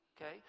okay